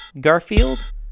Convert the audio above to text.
Garfield